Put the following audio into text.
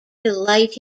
delight